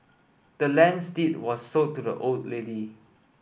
the land's deed was sold to the old lady